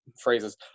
phrases